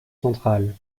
central